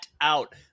out